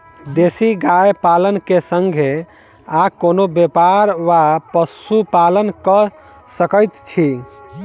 देसी गाय पालन केँ संगे आ कोनों व्यापार वा पशुपालन कऽ सकैत छी?